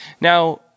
Now